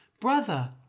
Brother